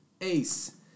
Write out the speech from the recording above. ace